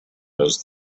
those